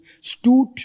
stood